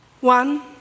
One